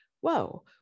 whoa